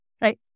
right